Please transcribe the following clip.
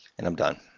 and i'm done.